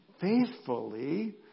faithfully